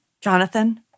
Jonathan